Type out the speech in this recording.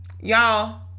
Y'all